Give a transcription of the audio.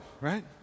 right